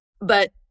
but-